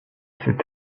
cet